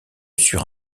sur